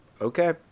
okay